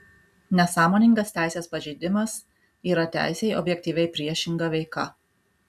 nesąmoningas teisės pažeidimas yra teisei objektyviai priešinga veika